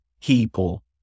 people